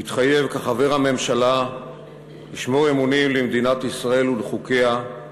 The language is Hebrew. מתחייב כחבר הממשלה לשמור אמונים למדינת ישראל ולחוקיה,